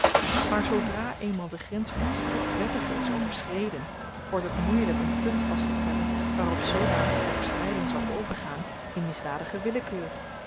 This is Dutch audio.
maar zoodra eenmaal de grens van t strikt wettige is overschreden wordt het moeielyk een punt vasttestellen waarop zoodanige overschryding zou overgaan in misdadige